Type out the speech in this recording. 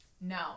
No